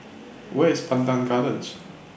Where IS Pandan Gardens